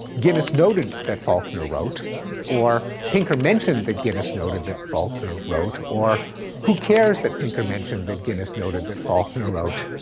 guinness noted that faulkner wrote or pinker mentioned that guinness noted that faulkner wrote, or who cares that pinker mentioned that guinness noted that faulkner wrote,